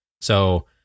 So-